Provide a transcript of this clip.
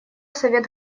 совет